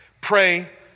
pray